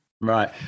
Right